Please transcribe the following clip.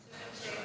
הוזכרתי,